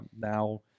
now